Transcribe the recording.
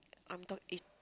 I'm talk you